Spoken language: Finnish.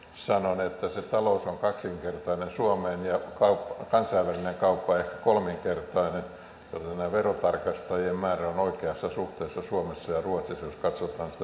sanon että se talous on kaksinkertainen verrattuna suomeen ja kansainvälinen kauppa ehkä kolminkertainen joten verotarkastajien määrä on oikeassa suhteessa suomessa ja ruotsissa jos katsotaan sitä tarkastettavaa volyymia